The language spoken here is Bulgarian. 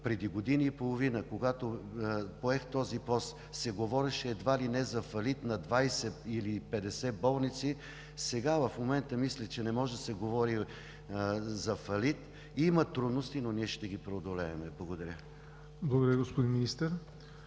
преди година и половина, когато поех този пост, се говореше едва ли не за фалит на 20 или 50 болници, сега мисля, че не може да се говори за фалит. Има трудности, но ние ще ги преодолеем. Благодаря Ви.